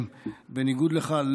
בניגוד לך,